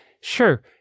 sure